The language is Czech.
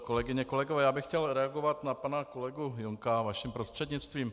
Kolegyně a kolegové, já bych chtěl reagovat na pana kolegu Junka vaším prostřednictvím.